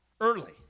early